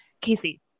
Casey